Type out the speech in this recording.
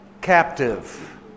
captive